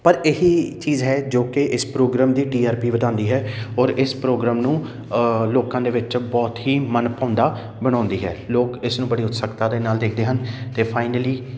ਪਰ ਇਹੀ ਚੀਜ਼ ਹੈ ਜੋ ਕਿ ਇਸ ਪ੍ਰੋਗਰਾਮ ਦੀ ਟੀ ਆਰ ਪੀ ਵਧਾਉਂਦੀ ਹੈ ਔਰ ਇਸ ਪ੍ਰੋਗਰਾਮ ਨੂੰ ਲੋਕਾਂ ਦੇ ਵਿੱਚ ਬਹੁਤ ਹੀ ਮਨ ਭਾਉਂਦਾ ਬਣਾਉਂਦੀ ਹੈ ਲੋਕ ਇਸ ਨੂੰ ਬੜੀ ਉਤਸੁਕਤਾ ਦੇ ਨਾਲ ਦੇਖਦੇ ਹਨ ਅਤੇ ਫਾਈਨਲੀ